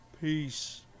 Peace